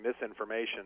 misinformation